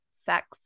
sex